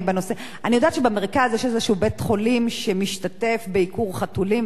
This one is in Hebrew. אני יודעת שבמרכז יש איזשהו בית-חולים שמשתתף בעיקור חתולים וכדומה.